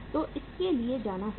तो इसके लिए जाना होगा